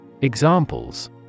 Examples